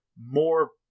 more